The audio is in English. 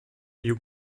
you